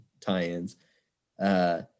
tie-ins